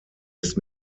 ist